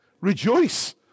Rejoice